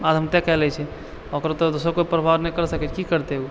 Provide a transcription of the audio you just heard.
आत्महत्या कएलए छै ओकर कोइ परवाह नहि करै छै की करतै ओ